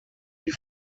die